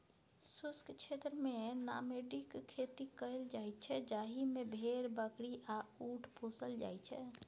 शुष्क क्षेत्रमे नामेडिक खेती कएल जाइत छै जाहि मे भेड़, बकरी आ उँट पोसल जाइ छै